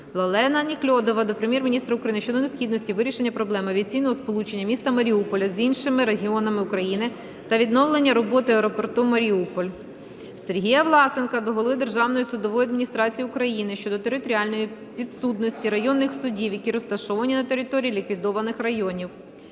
Владлена Неклюдова до Прем'єр-міністра України щодо необхідності вирішення проблеми авіаційного сполучення міста Маріуполя з іншими регіонами України та відновлення роботи аеропорту "Маріуполь". Сергія Власенка до голови Державної судової адміністрації України щодо територіальної підсудності районних судів, які розташовані на території ліквідованих районів.